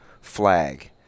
flag